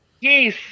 Yes